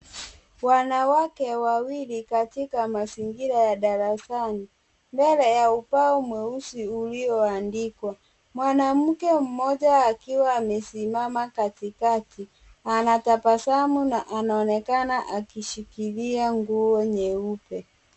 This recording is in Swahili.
Wanawake wawili katika mazingira ya darasani, mbele ya ubao mweusi ulioandikwa. Mwanamke mmoja akiwa amesimama katikati anatabasamu na anaonekana akishikilia nguo nyeupe.